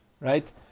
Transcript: right